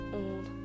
old